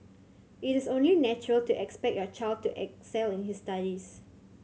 it is only natural to expect your child to excel in his studies